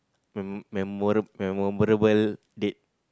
me~ memora~ memorable date